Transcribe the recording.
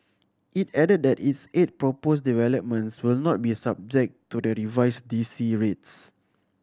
it added that its eight proposed developments will not be subject to the revised D C rates